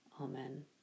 Amen